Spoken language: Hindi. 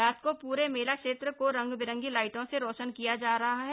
रात को प्रे मेला क्षेत्र को रंगबिरंगी लाइटों से रोशन किया जा रहा है